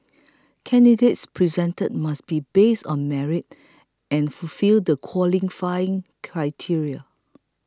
candidates presented must be based on merit and fulfil the qualifying criteria